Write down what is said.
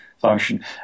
function